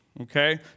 okay